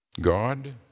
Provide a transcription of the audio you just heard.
God